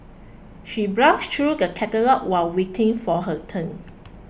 she browsed through the catalogues while waiting for her turn